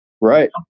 Right